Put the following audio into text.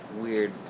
weird